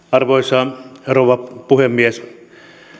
arvoisa rouva puhemies